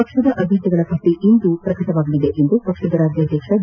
ಪಕ್ಷದ ಅಭ್ಯರ್ಥಿಗಳ ಪಟ್ಟಿ ಇಂದು ಪ್ರಕಟವಾಗಲಿದೆ ಎಂದು ಪಕ್ಷದ ರಾಜ್ಯಾಧ್ಯಕ್ಷ ಬಿ